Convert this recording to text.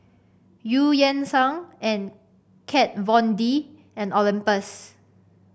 Eu Yan Sang and Kat Von D and Olympus